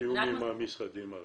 בתיאום עם המשרדים הרלוונטיים.